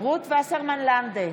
רות וסרמן לנדה,